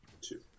two